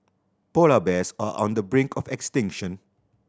polar bears are on the brink of extinction